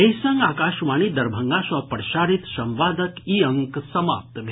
एहि संग आकाशवाणी दरभंगा सँ प्रसारित संवादक ई अंक समाप्त भेल